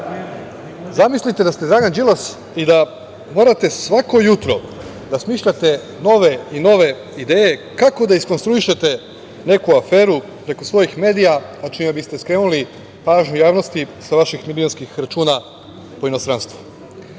Zamislite da ste Dragan Đilas i da morate svako jutro da smišljate nove i nove ideje kako da iskonstruišete neku aferu preko svojih medija, a čime biste skrenuli pažnju javnosti sa vaših milionskih računa po inostranstvu.